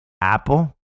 Apple